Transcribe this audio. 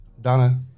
Donna